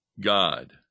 God